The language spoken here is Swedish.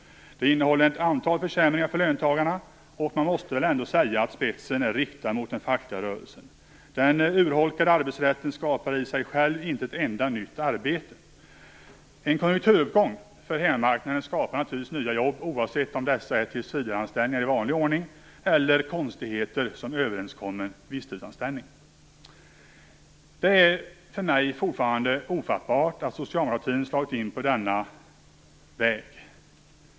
Det innehåller ett antal försämringar för löntagarna, och man måste väl ändå säga att spetsen är riktad mot den fackliga rörelsen. Den urholkade arbetsrätten skapar i sig själv inte ett enda nytt arbete. En konjunkturuppgång för hemmamarknaden skapar naturligtvis nya jobb oavsett om dessa är tillsvidareanställningar i vanlig ordning eller konstigheter som överenskommen visstidsanställning. Det är för mig fortfarande ofattbart att socialdemokratin slagit in på denna väg.